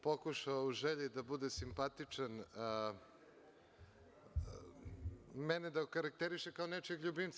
pokušao da, u želji da bude simpatičan, mene okarakteriše kao nečijeg ljubimca.